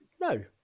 No